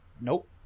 Nope